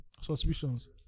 suspicions